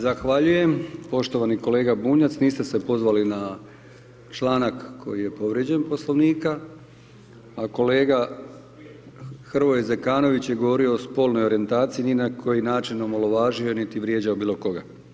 Zahvaljujem, poštovani kolega Bunjac, niste se pozvali na članak koji je povrijeđen Poslovnika, a kolega Hrvoje Zekanović je govorio o spolnoj orijentaciji, ni na koji način omalovažio, niti vrijeđao bilo koga.